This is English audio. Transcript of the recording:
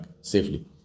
safely